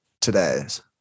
today's